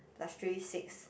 plus three six